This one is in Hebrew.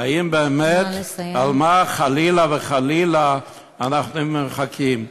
האם באמת, על מה חלילה וחלילה אנחנו מחכים?